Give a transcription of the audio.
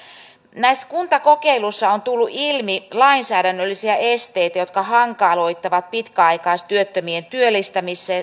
näissä kuntakokeiluissa on tullut ilmi lainsäädännöllisiä esteitä jotka hankaloittavat pitkäaikaistyöttömien työllistämistä